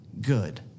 good